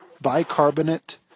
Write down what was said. bicarbonate